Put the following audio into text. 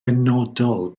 benodol